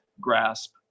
grasp